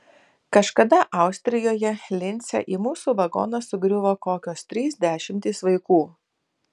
kažkada austrijoje lince į mūsų vagoną sugriuvo kokios trys dešimtys vaikų